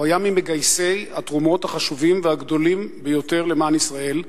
הוא היה ממגייסי התרומות החשובים והגדולים ביותר למען ישראל.